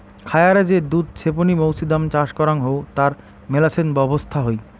খায়ারে যে দুধ ছেপনি মৌছুদাম চাষ করাং হউ তার মেলাছেন ব্যবছস্থা হই